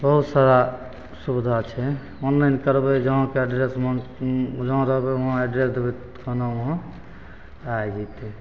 बहुत सारा सुविधा छै ऑनलाइन करबै जहाँके एड्रेसमे कि जहाँ रहबै वहाँ एड्रेस देबै तऽ खाना वहाँ आइ जएतै